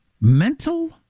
mental